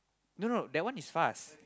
no no that one is fast